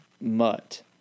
mutt